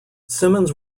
simmons